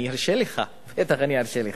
אני ארשה לך, בטח אני ארשה לך.